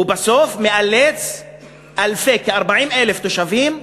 ובסוף, מאלץ אלפי, כ-40,000 תושבים,